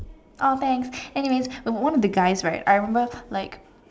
!aww! thanks anyways one of the guys right I remember like